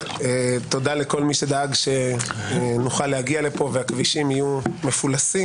תודה לכל מי שדאג שנוכל להגיע לפה והכבישים יהיו מפולסים.